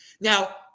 Now